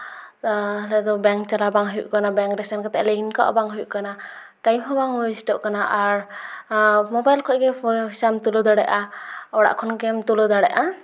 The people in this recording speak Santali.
ᱛᱟᱦᱚᱞᱮ ᱫᱚ ᱵᱮᱝᱠ ᱪᱟᱞᱟᱣ ᱵᱟᱝ ᱦᱩᱭᱩᱜ ᱠᱟᱱᱟ ᱵᱮᱝᱠ ᱨᱮ ᱥᱮᱱ ᱠᱟᱛᱮ ᱞᱟᱭᱤᱱ ᱠᱟᱜ ᱵᱟᱝ ᱦᱩᱭᱩᱜ ᱠᱟᱱᱟ ᱴᱟᱭᱤᱢ ᱦᱚᱸ ᱵᱟᱝ ᱚᱭᱮᱥᱴᱚᱜ ᱠᱟᱱᱟ ᱟᱨ ᱢᱳᱵᱟᱭᱤᱞ ᱠᱷᱚᱡ ᱜᱮ ᱯᱚᱭᱥᱟᱢ ᱛᱩᱞᱟᱹᱣ ᱫᱟᱲᱮᱭᱟᱜᱼᱟ ᱚᱲᱟᱜ ᱠᱷᱚᱱ ᱜᱮᱢ ᱛᱩᱞᱟᱹᱣ ᱫᱟᱲ ᱭᱟᱜᱼᱟ